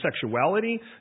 sexuality